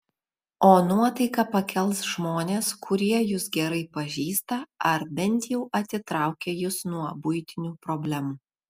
o nuotaiką pakels žmonės kurie jus gerai pažįsta ar bent jau atitraukia jus nuo buitinių problemų